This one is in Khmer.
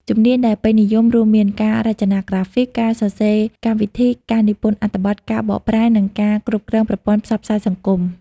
ជំនាញដែលពេញនិយមរួមមាន ការរចនាក្រាហ្វិក ការសរសេរកម្មវិធី ការនិពន្ធអត្ថបទ ការបកប្រែ និងការគ្រប់គ្រងប្រព័ន្ធផ្សព្វផ្សាយសង្គម។